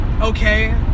okay